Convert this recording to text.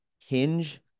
hinge